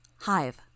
Hive